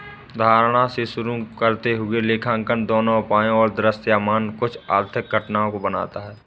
धारणा से शुरू करते हुए लेखांकन दोनों उपायों और दृश्यमान कुछ आर्थिक घटनाओं को बनाता है